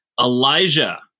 Elijah